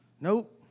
Nope